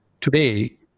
Today